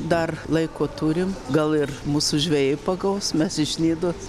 dar laiko turim gal ir mūsų žvejai pagaus mes iš nidos